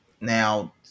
Now